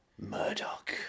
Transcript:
Murdoch